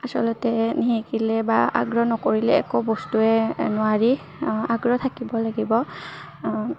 আচলতে নিশিকিলে বা আগ্ৰহ নকৰিলে একো বস্তুৱে নোৱাৰি আগ্ৰহ থাকিব লাগিব